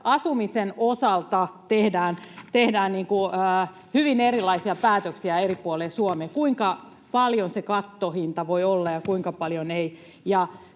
asumisen osalta tehdään hyvin erilaisia päätöksiä eri puolilla Suomea sen suhteen, kuinka paljon se kattohinta voi olla ja kuinka paljon ei.